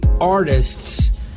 artists